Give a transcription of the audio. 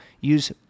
Use